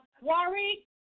Worry